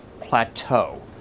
plateau